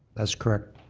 that's correct.